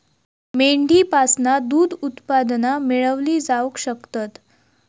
मेंढीपासना दूध उत्पादना मेळवली जावक शकतत